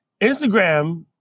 Instagram